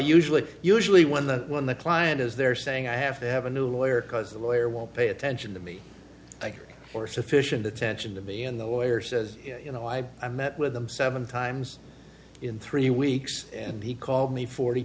usually usually when the when the client is there saying i have to have a new lawyer because the lawyer won't pay attention to me thank you for sufficient attention to be in the lawyer says you know i i met with him seven times in three weeks and he called me forty